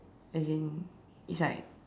as in it's like